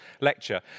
lecture